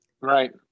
right